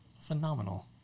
phenomenal